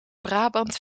brabant